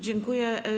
Dziękuję.